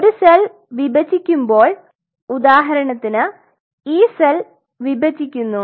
ഒരു സെൽ വിഭജിക്കുമ്പോൾ ഉദ്ധാരണത്തിന് ഈ സെൽ വിഭജിക്കുന്നു